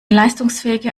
leistungsfähige